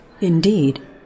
Indeed